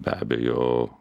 be abejo